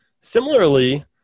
Similarly